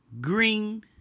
Green